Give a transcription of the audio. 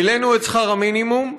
העלינו את שכר המינימום,